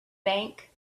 bank